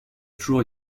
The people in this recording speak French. toujours